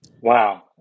Wow